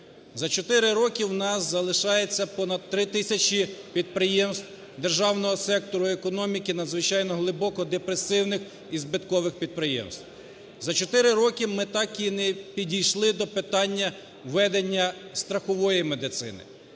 За 4 роки у нас залишається понад 3 тисячі підприємств державного сектору економіки, надзвичайно глибкодепресивних і збиткових підприємств. За 4 роки ми так і не підійшли до питання введення страхової медицини.